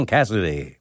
Cassidy